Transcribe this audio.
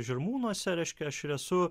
žirmūnuose reiškia aš ir esu